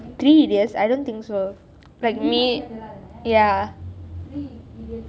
three idiots I don't think so like me ya